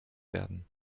werden